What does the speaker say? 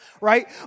right